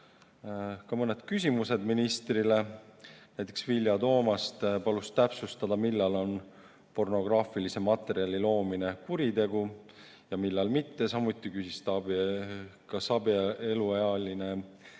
mõned küsimused ministrile. Näiteks Vilja Toomast palus täpsustada, millal on pornograafilise materjali loomine kuritegu ja millal mitte. Samuti küsis ta, kas abieluealine